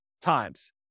times